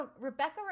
Rebecca